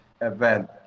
event